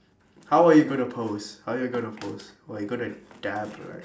how are you gonna pose how are you gonna pose what you're gonna dab right